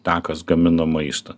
tą kas gamino maistą